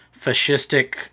fascistic